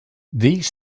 these